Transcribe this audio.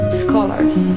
scholars